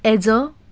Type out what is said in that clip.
as a